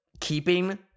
keeping